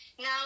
now